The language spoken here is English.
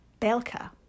Belka